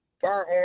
firearm